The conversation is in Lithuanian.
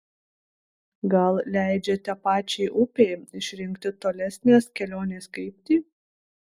gal leidžiate pačiai upei išrinkti tolesnės kelionės kryptį